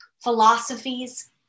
philosophies